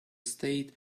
state